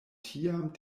tiam